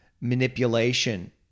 manipulation